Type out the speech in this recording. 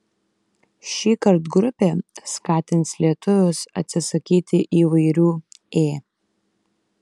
šįkart grupė skatins lietuvius atsisakyti įvairių ė